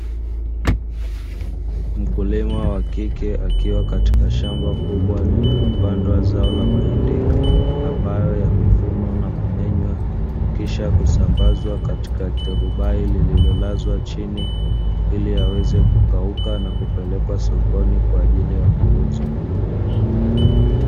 Mkulima wa kike akiwa katika shamba kubwa lililopandwa zao la mahindi ambayo yamevunwa na kumenywa, kisha kusambazwa katika turubai lililo chini ili yaweze kukauka na kupelekwa sokoni kwa ajili ya kuuzwa.